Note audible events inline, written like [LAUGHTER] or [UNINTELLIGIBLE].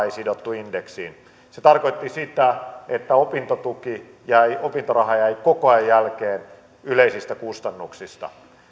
[UNINTELLIGIBLE] ei sidottu indeksiin se tarkoitti sitä että opintotuki ja ja opintoraha jäivät koko ajan jälkeen yleisistä kustannuksista